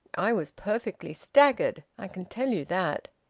i was perfectly staggered i can tell you that.